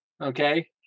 okay